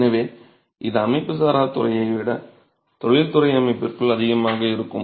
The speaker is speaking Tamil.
எனவே இது அமைப்புசாரா துறையை விட தொழில்துறை அமைப்பிற்குள் அதிகமாக இருக்கும்